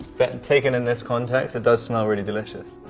but and taken in this context, it does smell really delicious.